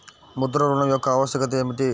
ముద్ర ఋణం యొక్క ఆవశ్యకత ఏమిటీ?